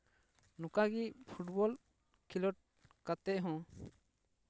ᱚᱱᱠᱟ ᱜᱮ ᱯᱷᱩᱴᱵᱚᱞ ᱠᱷᱮᱞᱚᱰ ᱠᱟᱛᱮ ᱦᱚᱸ